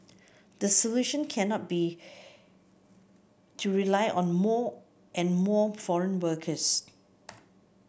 the solution cannot be to rely on more and more foreign workers